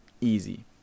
easy